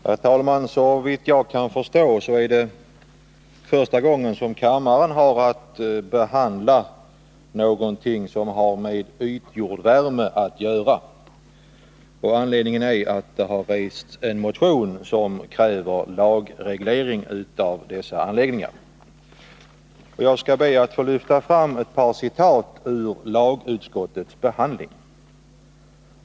Herr talman! Såvitt jag kan förstå är det första gången som kammaren har 25 november 1981 2attbehandla någonting som har med ytjordvärme att göra. Anledningen till att frågan nu har tagits upp är att det har väckts en motion som kräver lagreglering av dessa anläggningar. Jag skall be att få göra ett par citat ur lagutskottets betänkande.